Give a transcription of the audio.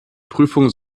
prüfung